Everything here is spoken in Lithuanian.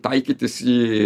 taikytis į